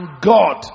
God